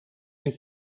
een